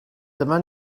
dyma